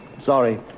Sorry